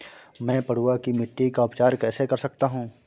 मैं पडुआ की मिट्टी का उपचार कैसे कर सकता हूँ?